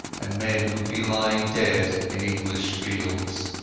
and men would be lying dead in english fields.